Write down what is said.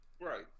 Right